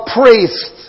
priests